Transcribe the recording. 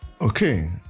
Okay